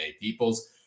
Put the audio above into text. peoples